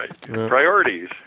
Priorities